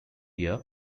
year